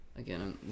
Again